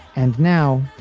and now.